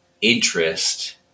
interest